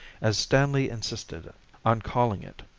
as stanley insisted on calling it.